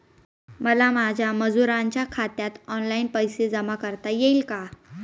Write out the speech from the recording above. मला माझ्या मजुरांच्या खात्यात ऑनलाइन पैसे जमा करता येतील का?